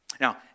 Now